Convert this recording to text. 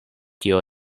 tio